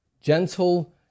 gentle